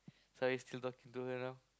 so are you still talking to her now